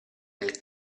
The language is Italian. nel